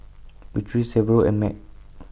Beatriz Severo and Meg